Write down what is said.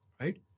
right